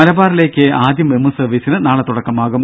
മലബാറിലേക്ക് ആദ്യ മെമു സർവീസിന് നാളെ തുടക്കമാകും